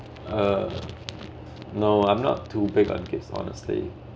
uh no I'm not too big on kids honestly